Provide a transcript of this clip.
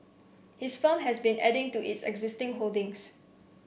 his firm has been adding to its existing holdings